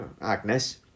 Agnes